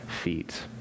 feet